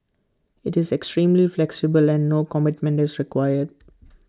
IT is extremely flexible and no commitment is required